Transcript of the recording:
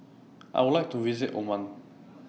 I Would like to visit Oman